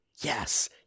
Yes